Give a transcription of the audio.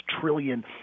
trillion